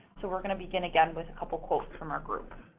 so we're gonna begin again with a couple of quotes from our group.